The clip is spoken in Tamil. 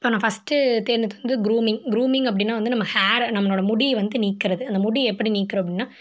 இப்போ நான் ஃபர்ஸ்ட்டு தேடுனது வந்து க்ரூமிங் க்ரூமிங் அப்படினா வந்து நம்ம ஹேரை நம்மளோடய முடி வந்து நீக்கிறது அந்த முடி எப்படி நீக்குறோம் அப்படினா